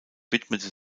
widmete